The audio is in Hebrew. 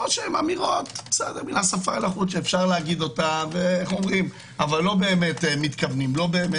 או זה אמירות מהשפה אל החוץ שאומרים אבל לא באמת מאמינים.